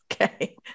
Okay